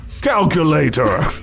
calculator